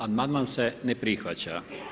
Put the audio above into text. Amandman se ne prihvaća.